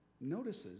notices